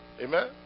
amen